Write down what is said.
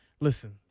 Listen